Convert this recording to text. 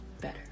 better